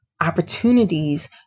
opportunities